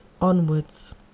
onwards